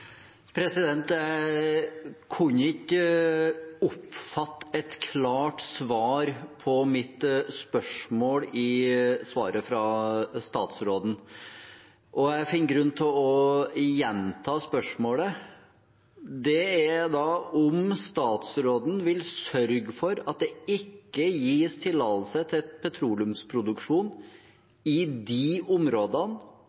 Jeg kunne ikke oppfatte et klart svar på mitt spørsmål i svaret fra statsråden. Jeg finner grunn til å gjenta spørsmålet: Vil statsråden sørge for at det ikke gis tillatelse til